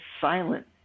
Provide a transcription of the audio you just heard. silent